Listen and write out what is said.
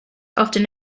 often